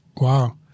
Wow